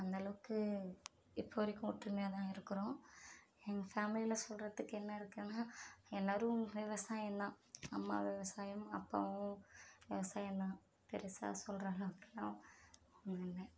அந்த அளவுக்கு இப்போ வரைக்கும் ஒற்றுமையாகதான் இருக்கிறோம் எங்கள் ஃபேமலியில் சொல்றதுக்கு என்ன இருக்குனா எல்லோரும் விவசாயம் தான் அம்மா விவசாயம் அப்பாவும் விவசாயம் தான் பெருசாக சொல்கிற அளவுக்கெல்லாம் ஒன்றுமில்ல